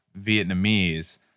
Vietnamese